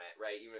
Right